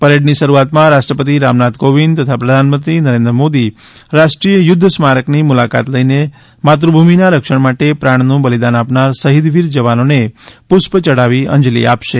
પરેડની શરૂઆતમાં રાષ્ટ્રપતિ રામનાથ કોવિંદ તથા પ્રધાનમંત્રી નરેન્દ્ર મોદી રાષ્ટ્રીય યુદ્ધ સ્મારકની મુલાકાત લઈને માતુભૂમિના રક્ષણ માટે પ્રાણનું બલિદાન આપનાર શહીદવીર જવાનોને પુષ્પ ચઢાવી અંજલી આપશે